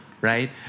right